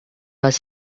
was